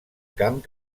camp